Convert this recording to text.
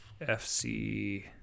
FC